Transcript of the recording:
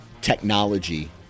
technology